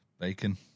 Bacon